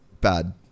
bad